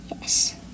yes